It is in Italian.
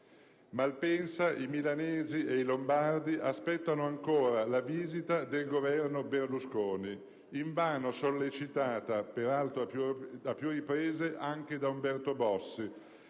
Malpensa, i milanesi e i lombardi aspettano ancora la visita del Governo Berlusconi, invano sollecitata, peraltro a più riprese, anche da Umberto Bossi,